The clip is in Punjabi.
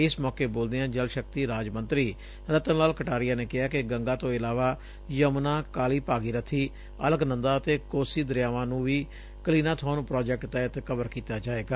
ਇਸ ਮੌਕੇ ਬੋਲਦਿਆਂ ਜਲ ਸ਼ਕਤੀ ਰਾਜ ਮੰਤਰੀ ਰਤਨ ਲਾਲ ਕਟਾਰੀਆ ਨੇ ਕਿਹਾ ਕਿ ਗੰਗਾ ਤੋਂ ਇਲਾਵਾ ਯਮੁਨਾ ਕਾਲੀ ਭਾਗੀਰਬੀ ਅਲਕਨੰਦਾ ਅਤੇ ਕੋਸ਼ੀ ਦਰਿਆਵਾਂ ਨੂੰ ਵੀ ਕਲੀਨਾਬੋਨ ਪ੍ਰਾਜੈਕਟ ਤਹਿਤ ਕਵਰ ਕੀਤਾ ਜਾਏਗਾ